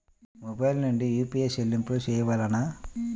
Mobile నుండే UPI చెల్లింపులు చేయవలెనా?